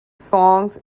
songs